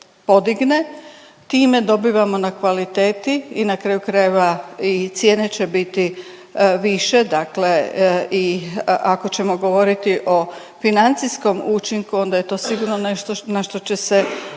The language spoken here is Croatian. podigne, time dobivamo na kvaliteti i na kraju krajeva i cijene će biti više, dakle i ako ćemo govoriti o financijskom učinku onda je to sigurno nešto na što će se